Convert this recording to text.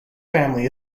family